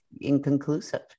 inconclusive